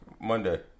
Monday